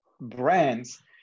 brands